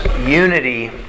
unity